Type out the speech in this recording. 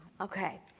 okay